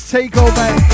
Takeover